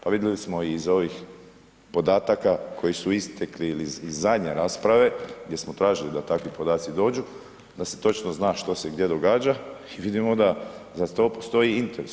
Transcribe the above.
Pa vidjeli smo i iz ovih podataka koji su istekli ili iz zadnje rasprave gdje smo tražili da takvi podaci dođu, da se točno zna što se gdje događa i vidimo da za to postoji interes.